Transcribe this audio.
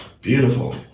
Beautiful